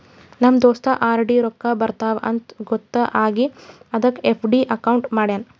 ನಮ್ ದೋಸ್ತ ಆರ್.ಡಿ ರೊಕ್ಕಾ ಬರ್ತಾವ ಅಂತ್ ಗೊತ್ತ ಆಗಿ ಅದಕ್ ಎಫ್.ಡಿ ಅಕೌಂಟ್ ಮಾಡ್ಯಾನ್